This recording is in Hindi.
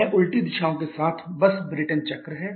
यह उलटी दिशाओं के साथ बस ब्रेटन चक्र है